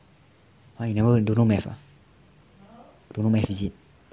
!huh! you never don't know math ah you don't know math is it